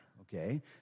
okay